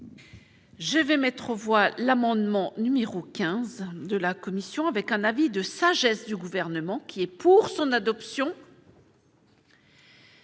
Je vais mettre aux voix l'amendement numéro 15 de la commission avec un avis de sagesse du gouvernement qui est pour son adoption.